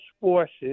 forces